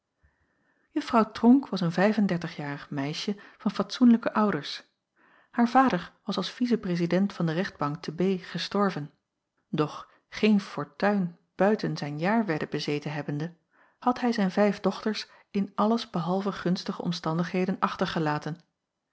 juffrouw tronck was een vijf en dertigjarig meisje van fatsoenlijke ouders haar vader was als vice-president van de rechtbank te b gestorven doch geen fortuin buiten zijn jaarwedde bezeten hebbende had hij zijn vijf dochters in alles behalve gunstige omstandigheden achtergelaten